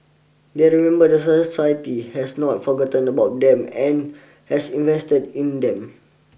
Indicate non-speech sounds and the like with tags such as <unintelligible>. they remember that <unintelligible> society has not forgotten about them and has invested in them